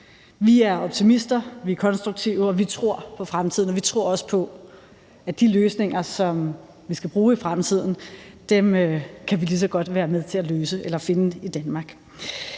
Vi er optimister, vi er konstruktive, vi tror på fremtiden, og vi tror også på, at de løsninger, som vi skal bruge i fremtiden, kan vi lige så godt være med til at finde i Danmark.